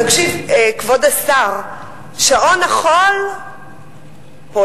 תקשיב, כבוד השר, שעון החול פועל.